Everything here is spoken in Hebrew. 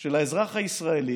של האזרח הישראלי,